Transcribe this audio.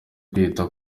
kwita